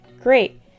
great